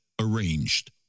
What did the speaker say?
arranged